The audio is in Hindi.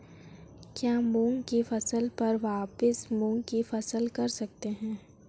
क्या मूंग की फसल पर वापिस मूंग की फसल कर सकते हैं?